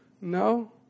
No